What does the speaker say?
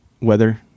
weather